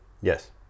yes